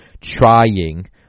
trying